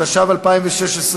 התשע"ו 2016,